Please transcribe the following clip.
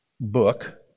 book